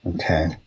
Okay